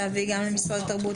להביא גם למשרד התרבות